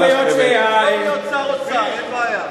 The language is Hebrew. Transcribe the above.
תחזור להיות שר האוצר, אין בעיה.